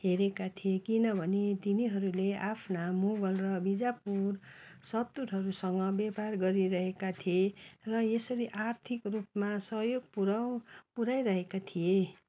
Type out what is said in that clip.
हेरेका थिए किनभने तिनीहरूले आफ्ना मुगल र बिजापुर शत्रुहरूसँग व्यापार गरिरहेका थिए र यसरी आर्थिक रूपमा सहयोग पुराउ पुऱ्याइरहेका थिए